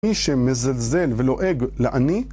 מי שמזלזל ולועג לעני